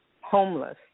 homeless